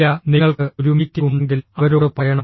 ഇല്ല നിങ്ങൾക്ക് ഒരു മീറ്റിംഗ് ഉണ്ടെങ്കിൽ അവരോട് പറയണം